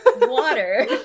water